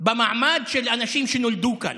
במעמד של אנשים שנולדו כאן.